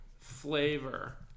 flavor